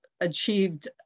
achieved